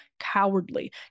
cowardly